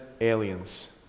aliens